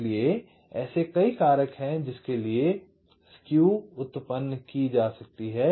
इसलिए कई ऐसे कारक हैं जिनके लिए स्केव उत्पन्न की जा सकती है